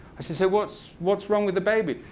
i said, so what's what's wrong with the baby?